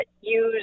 use